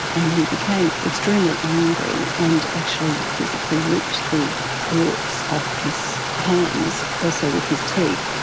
and he became extremely angry and actually physically ripped the warts off his hands, also with his teeth,